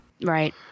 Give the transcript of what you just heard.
Right